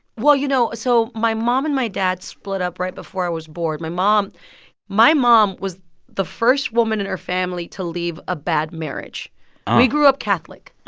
well, you know, so my mom and my dad split up right before i was born. my mom my mom was the first woman in her family to leave a bad marriage oh we grew up catholic. oh.